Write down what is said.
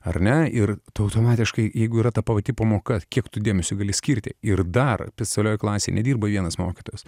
ar ne ir automatiškai jeigu yra ta pati pamoka kiek tu dėmesio gali skirti ir dar specialioj klasėj nedirba vienas mokytojas